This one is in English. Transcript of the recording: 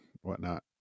whatnot